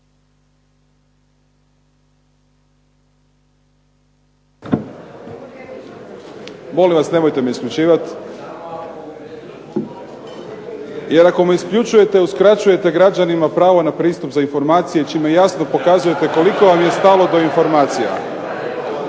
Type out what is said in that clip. Molim vas nemojte me isključivat, jer ako me isključujete uskraćujete građanima pravo na pristup za informacije čime jasno pokazujete koliko vam je stalo do informacija.